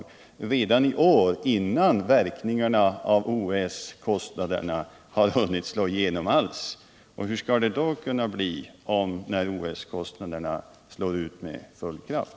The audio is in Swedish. Den försämringen inträffar redan i år, innan verkningarna av de eventuella OS-kostnaderna hunnit slå igenom på något sätt. Hur skall det då bli om OS-kostnaderna kommer in i bilden med full kraft?